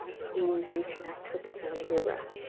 please reconnect with the sound of your breath.